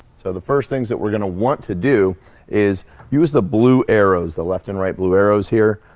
so the first things that we're gonna want to do is use the blue arrows the left and right blue arrows here.